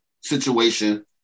situation